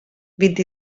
vint